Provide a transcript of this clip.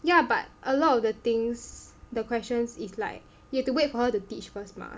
ya but a lot of the things the questions is like you have to wait for her to teach first mah